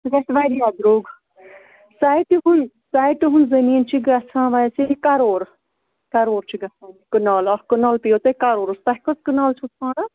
سُہ گژھِ واریاہ درٛوگ سایٹہٕ ہُنٛد سایٹہٕ ہُنٛد زمیٖن چھُ گژھان اَِسہِ کَرور کَرور چھِ گژھان کنال اَکھ کنال پیٚیو تۄہہِ کَرورَس تۄہہِ کٔژ کٕنال چھُ ژھانٛڈان